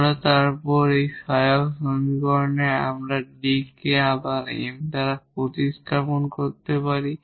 এবং তারপর এই অক্সিলিয়ারি সমীকরণে আমরা এই d কে আবার m দ্বারা প্রতিস্থাপন করতে পারি